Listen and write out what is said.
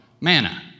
manna